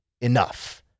enough